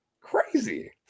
Crazy